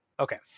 Okay